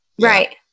Right